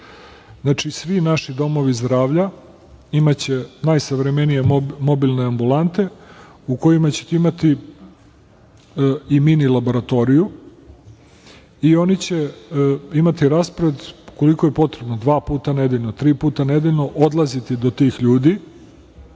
Znači, svi naši domovi zdravlja imaće najsavremenije mobilne ambulante u kojima ćete imati i mini-laboratoriju i oni će imati raspored koliko je potrebno, dva puta nedeljno, tri puta nedeljno odlaziti do tih ljudi